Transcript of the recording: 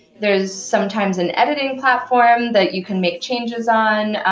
there is sometimes an editing platform that you can make changes on,